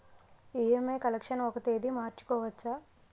EMI collection ఒక తేదీ మార్చుకోవచ్చా?